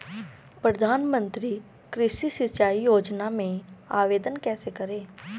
प्रधानमंत्री कृषि सिंचाई योजना में आवेदन कैसे करें?